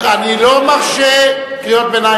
חבר הכנסת טלב אלסאנע, אני לא מרשה קריאות ביניים.